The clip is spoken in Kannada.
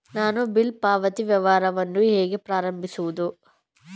ನಾನು ಬಿಲ್ ಪಾವತಿ ವ್ಯವಹಾರವನ್ನು ಹೇಗೆ ಪ್ರಾರಂಭಿಸುವುದು?